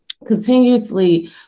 continuously